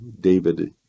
David